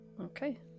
Okay